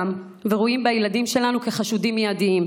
ורואים בילדים שלנו חשודים מיידיים.